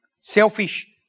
selfish